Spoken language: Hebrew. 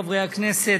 חברי הכנסת,